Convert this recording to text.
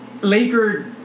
Laker